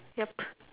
yup